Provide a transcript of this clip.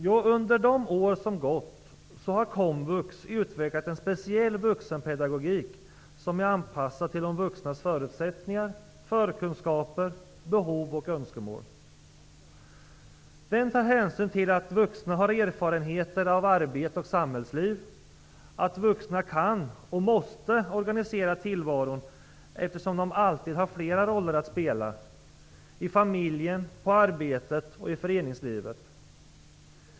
Jo, under de år som har gått har komvux utvecklat en speciell vuxenpedagogik som är anpassad till de vuxnas förutsättningar, förkunskaper, behov och önskemål. Den tar hänsyn till att vuxna har erfarenheter av arbets och samhällsliv och att vuxna kan och måste organisera tillvaron, eftersom de alltid har flera roller att spela, i familjen, på arbetet och i föreningslivet.